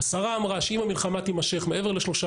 השרה אמרה שאם המלחמה תימשך מעבר לשלושה